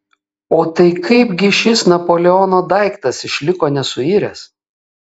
o tai kaip gi šis napoleono daiktas išliko nesuiręs